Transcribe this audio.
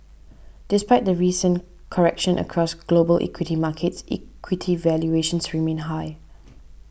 despite the recent correction across global equity markets equity valuations remain high